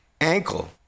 ankle